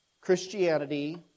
Christianity